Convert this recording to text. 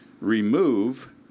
remove